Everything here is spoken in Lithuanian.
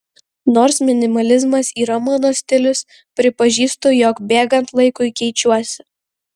nors minimalizmas yra mano stilius pripažįstu jog bėgant laikui keičiuosi